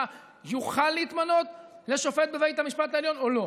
יוכל להתמנות לשופט בבית המשפט העליון או לא,